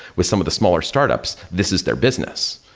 with some of the smaller startups, this is their business.